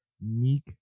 Meek